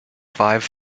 five